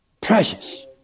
precious